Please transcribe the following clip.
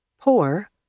Poor